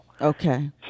Okay